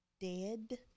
dead